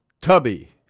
Tubby